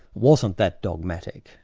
wasn't that dogmatic,